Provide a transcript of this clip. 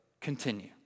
continue